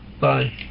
Bye